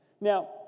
Now